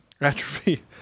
Atrophy